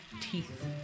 teeth